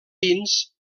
pins